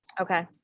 Okay